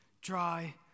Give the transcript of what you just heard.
dry